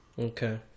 Okay